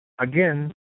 Again